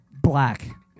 Black